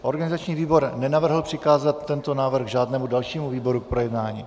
Organizační výbor nenavrhl přikázat tento návrh žádnému dalšímu výboru k projednání.